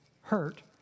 hurt